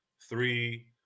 three